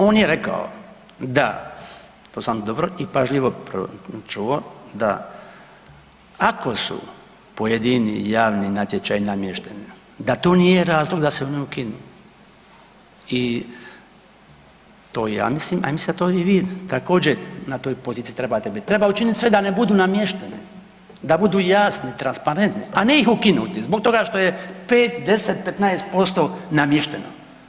On je rekao to sam dobro i pažljivo čuo da ako su pojedini javni natječaji namješteni da to nije razlog da se oni ukinu i to ja mislim, a mislite to i vi također na toj poziciji trebate biti, treba učiniti sve da ne budu namješteni da budu jasni transparentni, a ne ih ukinuti zbog toga što je 5, 10, 15% namješteno.